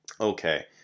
Okay